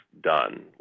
done